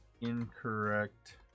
incorrect